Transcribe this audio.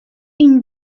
une